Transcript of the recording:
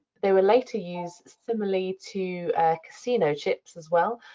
they were later used similarly to casino chips as well.